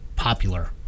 popular